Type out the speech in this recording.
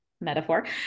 metaphor